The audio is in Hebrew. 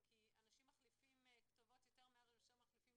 אני שמחה לפתוח את הדיון בנושא הצעת חוק שירותי תשלום,